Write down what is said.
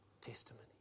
testimony